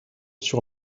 sur